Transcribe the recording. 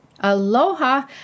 Aloha